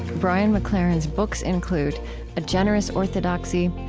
brian mclaren's books include a generous orthodoxy,